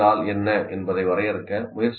' என்பதை வரையறுக்க முயற்சிக்கிறீர்கள்